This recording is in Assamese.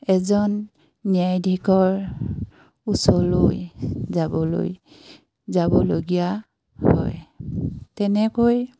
এজন ন্যায়াধীশৰ ওচৰলৈ যাবলৈ যাবলগীয়া হয় তেনেকৈ